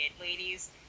ladies